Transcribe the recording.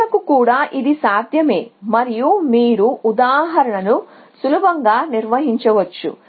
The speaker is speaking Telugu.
నోడ్లకు కూడా ఇది సాధ్యమే మరియు మీరు ఉదాహరణను సులభంగా నిర్మించవచ్చు